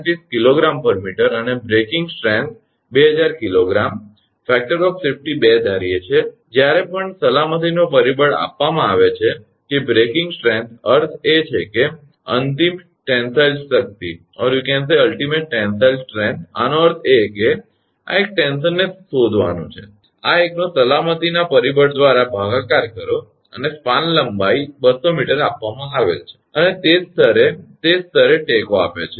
6 𝐾𝑔 𝑚 અને breaking strength 2000 𝐾𝑔 સલામતીનો પરિબળ 2 ધારીએ છે જ્યારે પણ સલામતીનો પરિબળ આપવામાં આવે છે કે બ્રેકીંગ સ્ટ્રેન્થ અર્થ એ છે કે અંતિમ ટેન્સાઇલ શક્તિ આનો અર્થ એ કે આ એક ટેન્શનને શોધવાનુ છે આ એક નો સલામતીના પરિબળ દ્વારા ભાગાકાર કરો અને સ્પાન લંબાઈ 200 𝑚 આપવામાં આવેલ છે અને તે જ સ્તરે છે તે જ સ્તરે ટેકો આપે છે